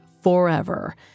forever